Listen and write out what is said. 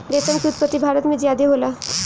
रेशम के उत्पत्ति भारत में ज्यादे होला